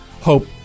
Hope